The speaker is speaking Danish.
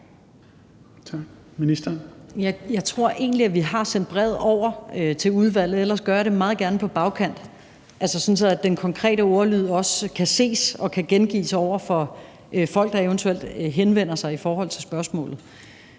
Jeg tror egentlig, at vi har sendt brevet over til udvalget, og ellers gør jeg det meget gerne på bagkant, sådan at den konkrete ordlyd også kan ses og gengives over for folk, der eventuelt henvender sig om spørgsmålet.